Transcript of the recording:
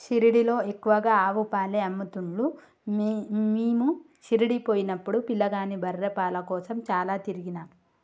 షిరిడీలో ఎక్కువగా ఆవు పాలే అమ్ముతున్లు మీము షిరిడీ పోయినపుడు పిలగాని బర్రె పాల కోసం చాల తిరిగినం